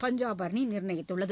பஞ்சாப் அணி நிர்ணயித்துள்ளது